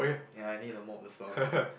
ya I need to mop the floor soon